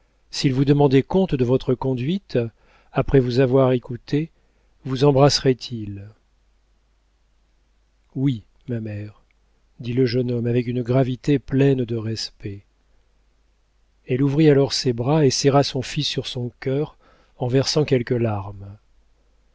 s'il vous demandait compte de votre conduite après vous avoir écouté vous embrasserait il oui ma mère dit le jeune homme avec une gravité pleine de respect elle ouvrit alors ses bras et serra son fils sur son cœur en versant quelques larmes